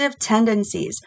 tendencies